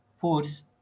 foods